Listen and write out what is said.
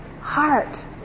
heart